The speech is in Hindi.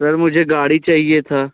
सर मुझे गाड़ी चाहिए थी